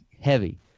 heavy